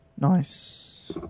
Nice